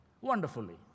Wonderfully